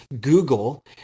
Google